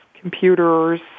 computers